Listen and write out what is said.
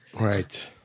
Right